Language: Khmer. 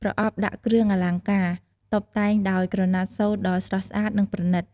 ប្រអប់ដាក់គ្រឿងអលង្ការ តុបតែងដោយក្រណាត់សូត្រដ៏ស្រស់ស្អាត និងប្រណិត។